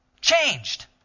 changed